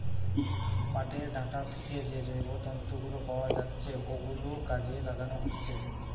পাটের ডাঁটা থিকে যে জৈব তন্তু গুলো পাওয়া যাচ্ছে ওগুলো কাজে লাগানো হচ্ছে